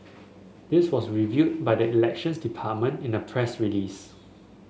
this was revealed by the Elections Department in a press release